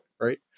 Right